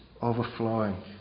overflowing